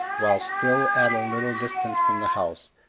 while still at a little distance from the house,